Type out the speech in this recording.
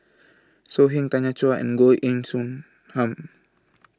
So Heng Tanya Chua and Goh Heng Soon Ham